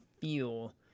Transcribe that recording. feel